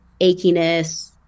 achiness